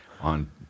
on